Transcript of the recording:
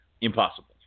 impossible